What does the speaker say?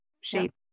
shape